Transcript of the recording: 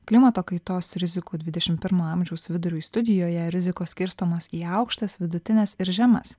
klimato kaitos rizikų dvidešim pirmo amžiaus viduriui studijoje rizikos skirstomos į aukštas vidutines ir žemas